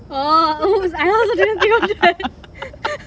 oh !oops! I also didn't think of that